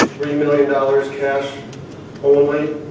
million dollars, cash only.